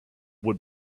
would